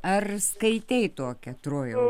ar skaitei tokią trojau